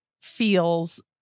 feels